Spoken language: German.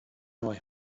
neu